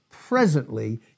presently